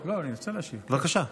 בבקשה.